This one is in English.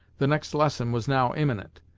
the next lesson was now imminent,